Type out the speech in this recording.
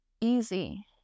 easy